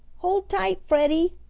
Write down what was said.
hold tight, freddie!